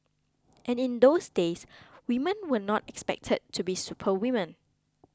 and in those days women were not expected to be superwomen